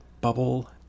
Bubble